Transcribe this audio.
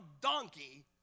donkey